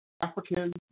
African